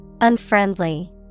Unfriendly